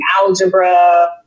Algebra